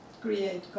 create